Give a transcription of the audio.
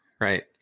Right